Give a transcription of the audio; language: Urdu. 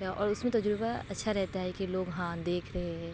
ہے اور اس میں تجربہ اچھا رہتا ہے کہ لوگ ہاں دیکھ رہے ہیں